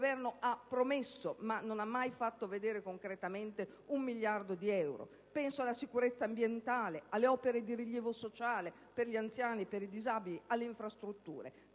ha promesso, ma non lo ha mai messo a disposizione concretamente, un miliardo di euro. Penso alla sicurezza ambientale, alle opere di rilievo sociale per gli anziani e i disabili, alle infrastrutture.